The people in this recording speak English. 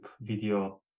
video